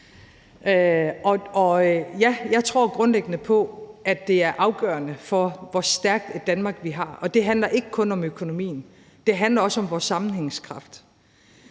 jeg tror grundlæggende på, at det er afgørende for, hvor stærkt et Danmark vi har – og det handler ikke kun om økonomien, men det handler også om vores sammenhængskraft